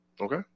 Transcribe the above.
Okay